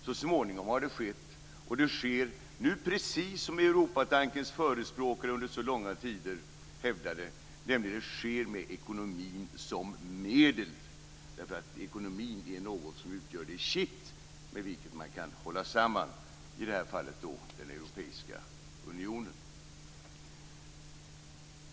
Så småningom har det skett, och det sker nu precis som Europatankens förespråkare under så långa tider hävdade, nämligen med ekonomin som medel. Ekonomin utgör det kitt med vilket man kan hålla samman den europeiska unionen.